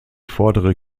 vordere